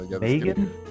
Megan